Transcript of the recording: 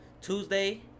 Tuesday